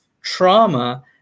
trauma